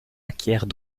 acquiert